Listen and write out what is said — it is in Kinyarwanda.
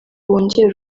wongere